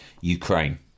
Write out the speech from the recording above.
Ukraine